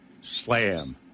slam